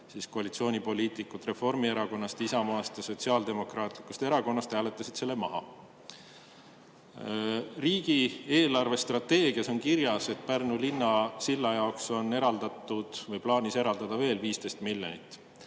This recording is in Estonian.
siis koalitsioonipoliitikud Reformierakonnast, Isamaast ja Sotsiaaldemokraatlikust Erakonnast hääletasid selle maha. Riigi eelarvestrateegias on kirjas, et Pärnu silla jaoks on plaanis eraldada veel 15 miljonit.